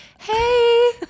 hey